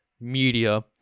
media